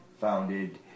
founded